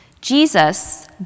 Jesus